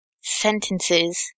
sentences